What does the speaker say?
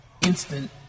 instant